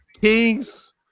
Kings